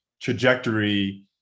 trajectory